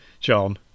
john